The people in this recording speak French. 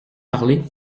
parler